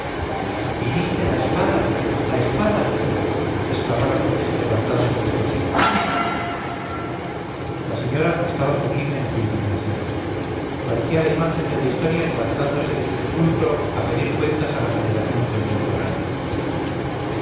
y diste la espada la espada exclamó la condesa levantándose de su asiento la señora estaba sublime en su indignación parecía la imagen de la historia levantándose de su sepulcro a pedir cuentas a la generación contemporánea